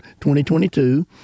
2022